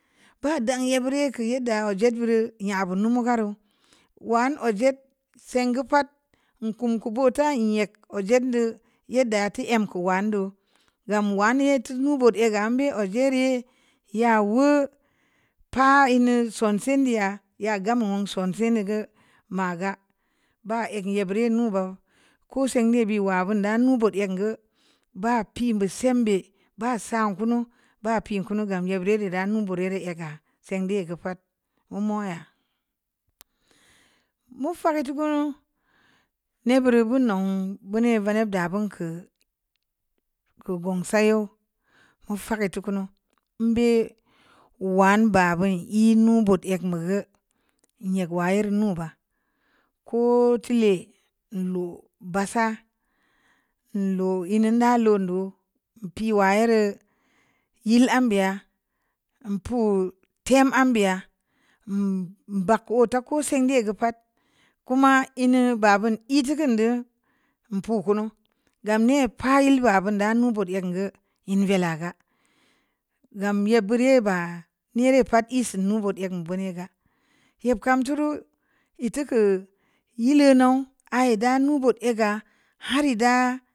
Ba dan ye buri kə yedda ō jēd bureu ya'abun nu ma kareu one o jed singə pa'at kun kōo buta nyek ō jendō ye'ddə te' mkōo wandu gam wane' te mubu ōod ə gan bē ō jeri ya'u pa huu sōn sendi'a ya ga munə sonse' ne' gə aga ba ek ye bii ri nubob ko sengi bē wa bun da nuō bōot ngə ba pii ba sēm bē ba san kunu ba piin kunu gam je bire' reu ra num bure' re' a ga sende' gə pa'at ō mōo ya mu fa'ak tukunu nne bureu buri non buni raneb də bun kə kubun sa yōo mufa'ak gə tukunu əm bēe wən ba bun ēe nu bōot ek bə gə nya'ak wa'a re nuba kō tel'e'a ndo ba sa ndō hun da lun dō pii wa ye'reu yel an be' ya mpōo tem am biya hmm umm ba'ak ko tako sende' gə pa'at kuma inu ba bun he kun dō mpō hōnu gam ne' pii el ba bun da nun but ngə yen vēla ga gamye bure' ba ne' re' pa'at ēe sunu bōo ngə buni ga yap kan tureu ittii kə ye' le' nō a'a yedda nu bōt ē gah har ii da.